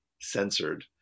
censored